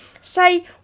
say